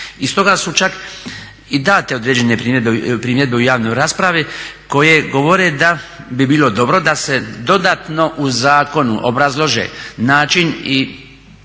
I stoga su čak i date određene primjedbe u javnoj raspravi koje govore da bi bilo dobro da se dodatno u zakonu obrazlože način i